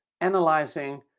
analyzing